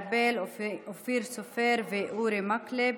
2431, 2432 ו-2434,